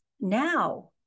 now